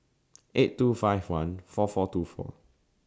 eight two five one four four two four